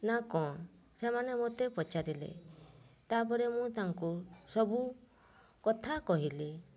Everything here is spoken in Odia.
ନାଁ କ'ଣ ସେମାନେ ମୋତେ ପଚାରିଲେ ତା'ପରେ ମୁଁ ତାଙ୍କୁ ସବୁ କଥା କହିଲି